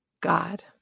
God